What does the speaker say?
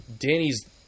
Danny's